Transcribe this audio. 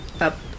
up